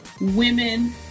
women